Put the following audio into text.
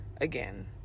again